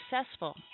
successful